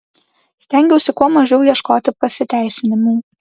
stengiausi kuo mažiau ieškoti pasiteisinimų